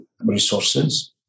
resources